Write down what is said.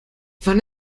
wann